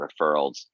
referrals